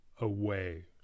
away